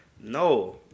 No